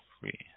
free